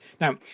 now